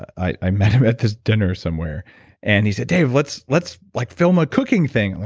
i met him at this dinner somewhere and he said, dave, let's let's like film a cooking thing. i'm like,